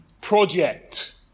project